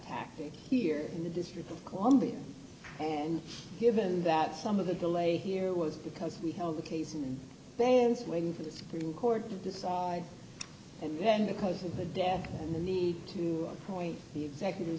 tactic here in the district of columbia and given that some of the delay here was because we held the case and parents waiting for the supreme court to decide and then because of the death of the need to point the execut